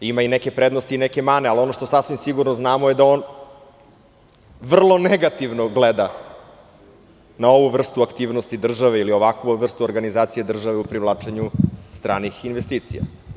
Ima i neke prednosti i neke mane, ali ono što sasvim sigurno znamo je da on vrlo negativno gleda na ovu vrstu aktivnosti države ili na ovakvu vrstu organizacije države u privlačenjustranih investicija.